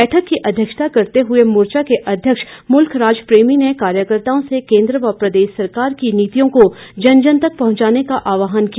बैठक की अध्यक्षता करते हुए मोर्चा के अध्यक्ष मुल्खराज प्रेमी ने कार्यकर्ताओं से केन्द्र व प्रदेश सरकार की नीतियों को जन जन तक पहुंचाने का आहवान किया